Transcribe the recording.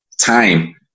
time